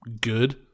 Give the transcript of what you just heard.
good